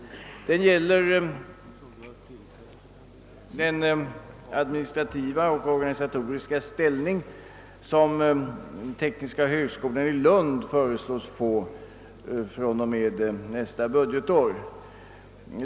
Den gäller den administrativa och organisatoriska ställning som tekniska högskolan i Lund föreslås få från och med nästa budgetår.